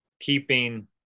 keeping